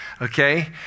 okay